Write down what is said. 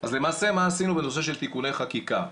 אז למעשה מה עשינו בנושא של תיקוני חקיקה?